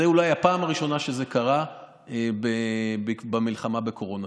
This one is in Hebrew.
זו אולי הפעם הראשונה שזה קרה במלחמה בקורונה,